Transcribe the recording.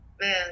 man